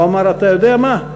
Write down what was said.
הוא אמר: אתה יודע מה,